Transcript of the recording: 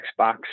Xbox